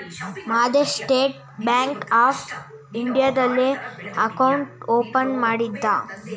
Madesha state bank of ಇಂಡಿಯಾದಲ್ಲಿ account open ಮಾಡಿದ್ದ